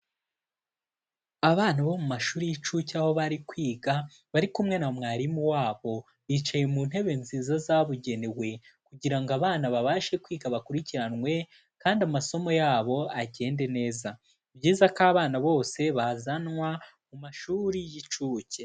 Abana bo mu mashuri y'inshuke aho bari kwiga bari kumwe na mwarimu wabo, bicaye mu ntebe nziza zabugenewe kugira ngo abana babashe kwiga bakurikiranwe kandi amasomo yabo agende neza, ni byiza ko abana bose bazanwa mu mashuri y'inshuke.